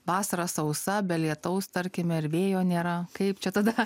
vasarą sausa be lietaus tarkime ar vėjo nėra kaip čia tada